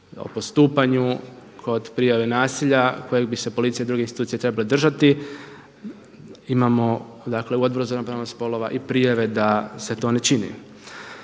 o postupanju kod prijave nasilja kojeg bi se policija i druge institucije trebale držati, imamo u Odboru za ravnopravnost spolova i prijave da se to ne čini.